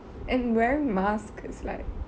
and and wear mask is like